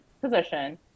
position